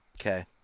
Okay